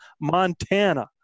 Montana